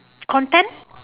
content